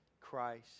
Christ